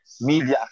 media